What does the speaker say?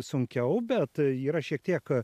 sunkiau bet yra šiek tiek